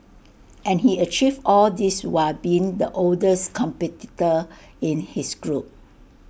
and he achieved all this while being the oldest competitor in his group